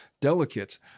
delicate